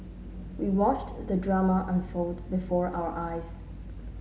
we watched the drama unfold before our eyes